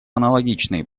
аналогичные